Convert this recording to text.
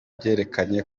byerekanye